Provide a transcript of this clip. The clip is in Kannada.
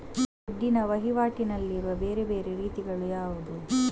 ದುಡ್ಡಿನ ವಹಿವಾಟಿನಲ್ಲಿರುವ ಬೇರೆ ಬೇರೆ ರೀತಿಗಳು ಯಾವುದು?